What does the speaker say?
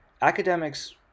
Academics